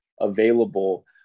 available